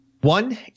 one